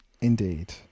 Indeed